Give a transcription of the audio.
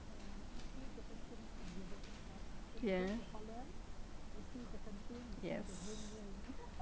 ya yes